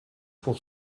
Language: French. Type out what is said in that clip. pour